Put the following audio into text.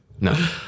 No